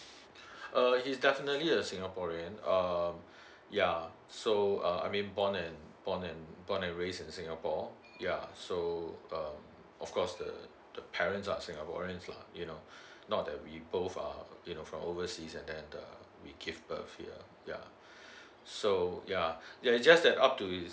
uh he's definitely a singaporean um yeah so uh I mean born and born and born and raised in singapore yeah so uh of course the the parents are singaporeans lah you know not that we both uh you know from overseas and then err we gave birth here yeah so yeah yeah just that up to his